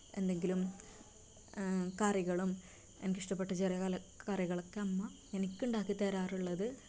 എന്തെങ്കിലും കറികളും എനിക്കിഷ്ടപ്പെട്ട ചെറിയ കല കറികളൊക്കെ അമ്മ എനിക്കുണ്ടാക്കി തരാറുള്ളത്